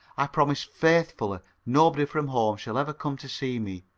i promise faithfully nobody from home shall ever come to see me,